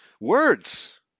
words